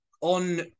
on